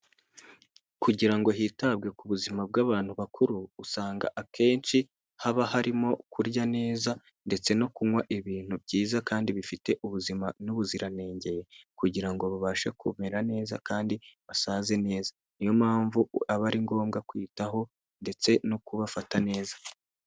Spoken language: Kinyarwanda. Kugira ngo hitabwe ku buzima bw'abantu bakuru usanga akenshi haba harimo kurya neza ndetse no kunywa ibintu byiza kandi bifite ubuzima n'ubuziranenge kugira ngo babashe kumera neza kandi basaze neza, niyo mpamvu aba ari ngombwa kwitaho ndetse no kubafata neza.